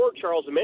Charles